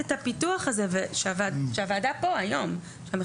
לאחר שבחנה את תפקודו של היישוב ושוכנע כי יש צורך בהגדלת היישוב באמצעות